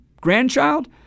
grandchild